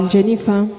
Jennifer